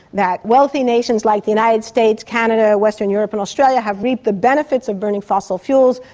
that wealthy nations like the united states, canada, western europe and australia have reaped the benefits of burning fossil fuels,